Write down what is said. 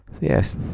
Yes